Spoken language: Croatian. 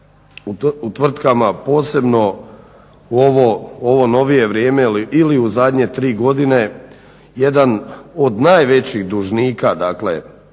u tvrtkama posebno u ovo novije vrijeme ili u zadnje tri godine jedan od najvećih dužnika, dakle